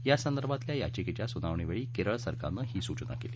या संदर्भातील याचिकेंच्या सुनावणी वेळी केरळ सरकारनं ही सूचना केली